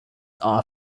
are